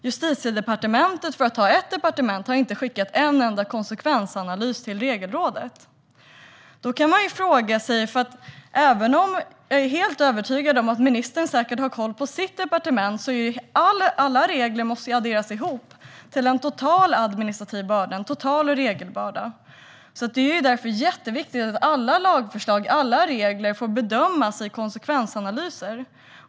Justitiedepartementet har inte skickat en enda konsekvensanalys till Regelrådet. Jag är helt övertygad om att ministern säkert har koll på sitt departement, men alla regler måste adderas ihop till en total administrativ regelbörda. Det är därför viktigt att alla lagförslag, alla regler, får bedömas i konsekvensanalyser.